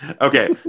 Okay